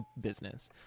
business